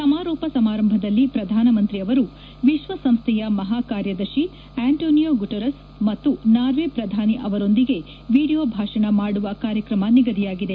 ಸಮಾರೋಪ ಸಮಾರಂಭದಲ್ಲಿ ಪ್ರಧಾನಮಂತ್ರಿ ಆವರು ವಿಶ್ವಸಂಸ್ಥೆಯ ಮಹಾ ಕಾರ್ಯದರ್ಶಿ ಆಂಟಾನಿಯೊ ಗುಟಿರೆಸ್ ಮತ್ತು ನಾರ್ವೆ ಪ್ರಧಾನಿ ಅವರೊಂದಿಗೆ ಎಡಿಯೋ ಭಾಷಣ ಮಾಡುವ ಕಾರ್ಯಕ್ರಮ ನಿಗದಿಯಾಗಿದೆ